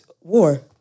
war